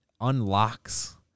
unlocks